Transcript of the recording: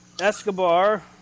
Escobar